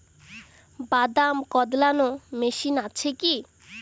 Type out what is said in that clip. বাদাম কদলানো মেশিন আছেকি?